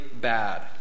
bad